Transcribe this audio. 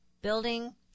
building